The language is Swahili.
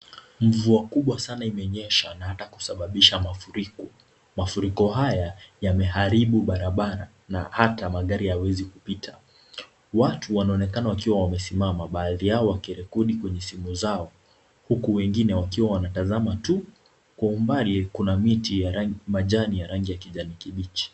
Mvua kubwa sana imenyesha na hata kusababisha mafuriko. Mafuriko haya yameharibu barabara na hata magari hayawezi kupita. Watu wanaonekana wakiwa wamesimama baadhi yao wakirekodi kwenye simu zao huku wengine wakiwa wametazama tu. Kwa umbali kuna miti ya majani ya rangi ya kijani kibichi.